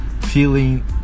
feeling